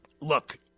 Look